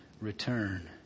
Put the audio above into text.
return